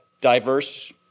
diverse